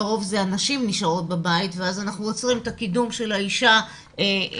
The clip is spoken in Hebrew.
לרוב הנשים נשארות בבית ואז אנחנו עוצרים את הקידום של האישה בעבודתה.